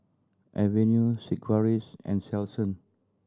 Avene Sigvaris and Selsun